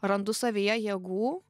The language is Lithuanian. randu savyje jėgų